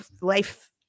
Life